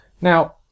Now